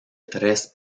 tres